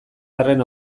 arren